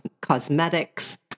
cosmetics